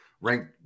ranked